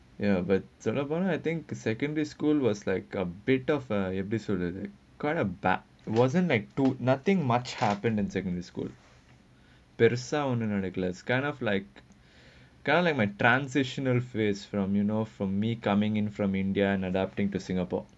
ya but சொல்ல போனா:solla ponnaa I think the secondary school was like a bit of a this call the kind of back wasn't like too nothing much happen in secondary school better sound kind of like my transitional phase from you know from me coming in from india and another thing to singapore